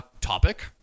topic